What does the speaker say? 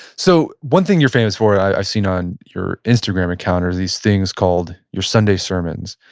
so one thing you're famous for i've seen on your instagram account are these things called your sunday sermons.